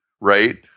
right